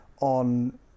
on